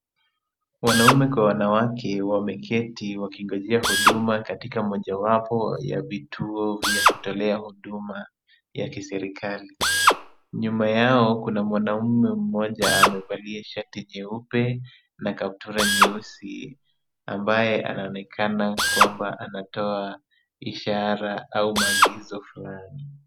Wanaume kwa wanawake wameketi wakingonjea huduma katika moja wapo ya vituo vya kutolea huduma ya kiserikali. Nyuma yao kuna mwanamume mmoja amevalia shati jeupe na kaptura nyeusi ambaye anaonekana kwamba anatoa ishara au maagizo fulani.